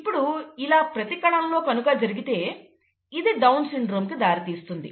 ఇప్పుడు ఇలా ప్రతి కణం లో కనుక జరిగితే ఇది డౌన్ సిండ్రోమ్ కు దారి తీస్తుంది